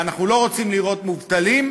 ואנחנו לא רוצים לראות מובטלים,